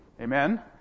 Amen